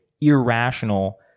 irrational